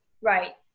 right